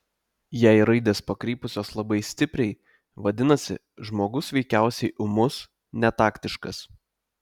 jei raidės pakrypusios labai stipriai vadinasi žmogus veikiausiai ūmus netaktiškas